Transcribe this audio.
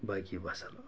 باقی وَالسَلام